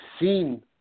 seen